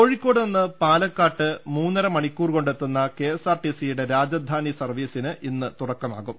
കോഴിക്കോട് നിന്ന് പാലക്കാട്ട് മൂന്നര മണിക്കൂർ കൊണ്ട് എത്തുന്ന കെഎസ്ആർടിസിയുടെ രാജധാനി സർവീസിന് ഇന്ന് തുടക്കമാകും